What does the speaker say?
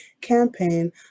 campaign